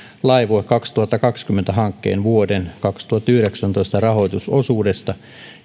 laivue kaksituhattakaksikymmentä hankkeen vuoden kaksituhattayhdeksäntoista rahoitusosuudesta